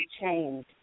change